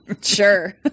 Sure